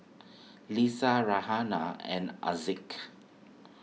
Lisa Raihana and Haziq